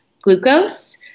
glucose